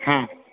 હા